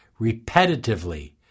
repetitively